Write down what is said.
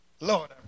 Lord